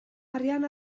arian